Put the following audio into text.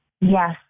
Yes